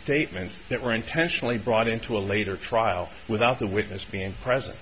statements that were intentionally brought into a later trial without the witness being present